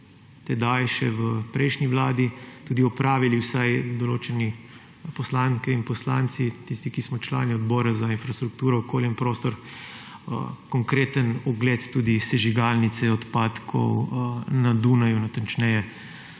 tedaj še v prejšnji vladi – tudi opravili, vsaj določene poslanke in poslanci, tisti, ki smo člani Odbora za infrastrukturo, okolje in prostor, konkreten ogled sežigalnice odpadkov na Dunaju; natančneje,